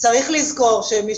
צריך לזכור שמי